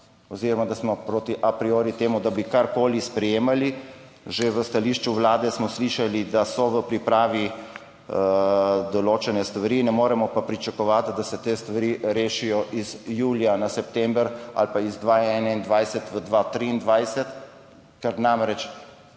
oziroma da smo proti a priori temu, da bi karkoli sprejemali. Že v stališču Vlade smo slišali, da so v pripravi določene stvari. Ne moremo pa pričakovati, da se te stvari rešijo iz julija na september ali pa iz 2021 v 2023, ker namreč